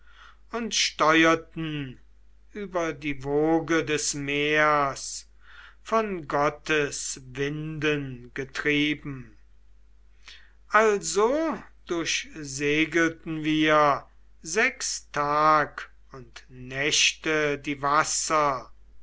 und steurten über die woge des meers von gottes winden getrieben also durchsegelten wir sechs tag und nächte die wasser